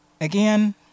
Again